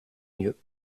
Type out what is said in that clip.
mieux